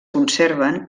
conserven